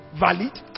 valid